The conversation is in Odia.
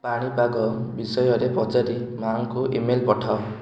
ପାଣିପାଗ ବିଷୟରେ ପଚାରି ମା'ଙ୍କୁ ଇ ମେଲ୍ ପଠାଅ